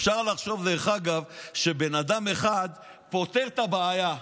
אפשר לחשוב שבן אדם אחד פותר את הבעיה,